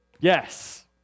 Yes